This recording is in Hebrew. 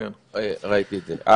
לא ראיתי את זה.